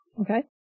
Okay